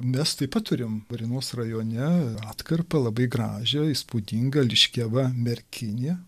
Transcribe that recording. mes taip pat turim varėnos rajone atkarpą labai gražią įspūdingą liškiava merkinė